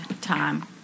time